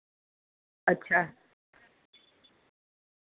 अच्छा